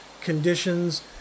conditions